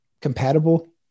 compatible